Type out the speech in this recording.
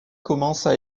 commencent